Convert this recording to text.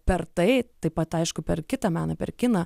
per tai taip pat aišku per kitą meną per kiną